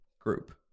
group